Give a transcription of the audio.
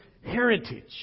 heritage